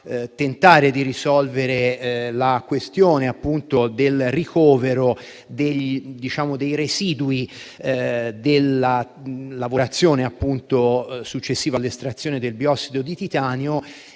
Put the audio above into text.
tentare di risolvere la questione del ricovero dei residui della lavorazione successiva all'estrazione del biossido di titanio.